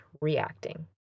reacting